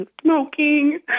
smoking